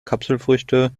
kapselfrüchte